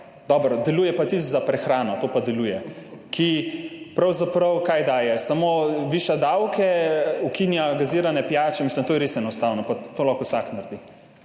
dobro, deluje pa tisti za prehrano, to pa deluje, ta, ki pravzaprav samo viša davke, ukinja gazirane pijače. Mislim, to je res enostavno in to lahko vsak naredi.